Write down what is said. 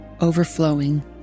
overflowing